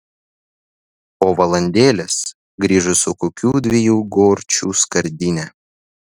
po valandėlės grįžo su kokių dviejų gorčių skardine